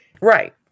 right